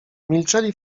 milczeli